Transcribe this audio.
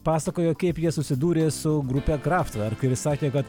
pasakojo kaip jie susidūrė su grupe kraft va ir kai jis sakė kad